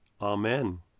Amen